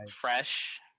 Fresh